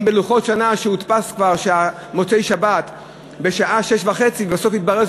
אם בלוחות שנה הודפס כבר שמוצאי-שבת בשעה 18:30,